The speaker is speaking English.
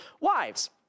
wives